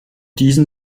diesem